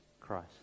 Christ